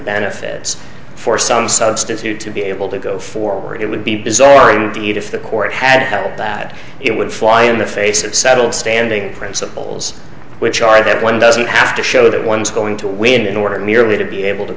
benefits for some substitute to be able to go forward it would be bizarre indeed if the court had that it would fly in the face of settled standing principles which are that one doesn't have to show that one's going to win in order merely to be able to